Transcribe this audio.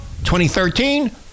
2013